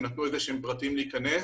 הם נתנו איזה שהם פרטים להיכנס,